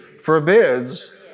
forbids